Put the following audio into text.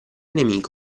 nemico